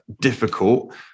difficult